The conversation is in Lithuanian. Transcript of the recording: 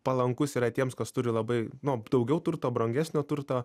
palankus yra tiems kas turi labai nu daugiau turto brangesnio turto